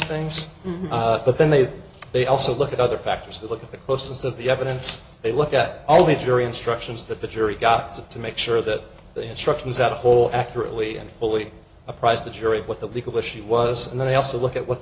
things but then they they also look at other factors they look at the closeness of the evidence they looked at all the jury instructions that the jury got to make sure that the instruction was that whole accurately and fully apprised the jury what the legal issue was and then also look at what